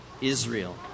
Israel